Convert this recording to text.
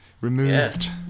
removed